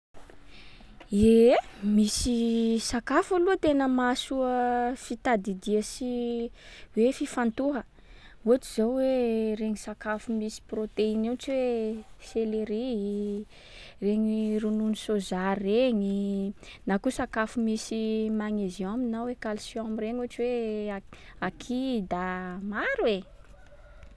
Ie, misy sakafo aloha tena mahasoa fitadidia sy hoe fifantoha, ohatsy zao hoe regny sakafo misy protéine, ohatra hoe selery, regny ronono soja regny. Na koa sakafo misy magnesium na hoe calcium regny, ohatra hoe ak- a kida, maro e.